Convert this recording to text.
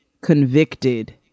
convicted